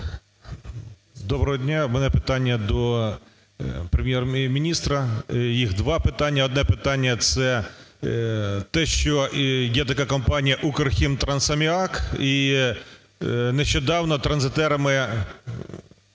Доброго дня! В мене питання до Прем'єр-міністра, їх два питання. Одне питання – це те, що є така компанія "Укрхімтрансаміак" і нещодавно транзитерами